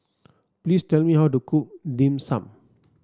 please tell me how to cook Dim Sum